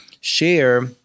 share